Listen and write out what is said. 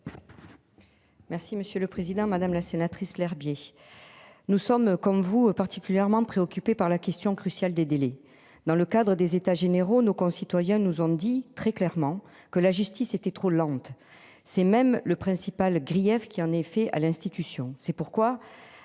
Merci monsieur le président, madame la sénatrice Lherbier. Nous sommes comme vous particulièrement préoccupé par la question cruciale des délais dans le cadre des états généraux nos concitoyens nous ont dit très clairement que la justice était trop lente. C'est même le principal grief qui en effet à l'institution. C'est pourquoi